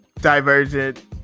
Divergent